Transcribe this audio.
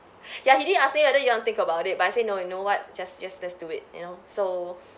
ya he didn't ask me whether you don't think about it but I say no you know what just just just do it you know so